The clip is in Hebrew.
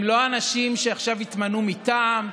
הם לא אנשים שעכשיו התמנו מטעם,